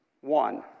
One